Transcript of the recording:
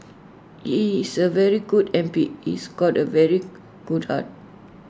he is A very good M P he's got A very good heart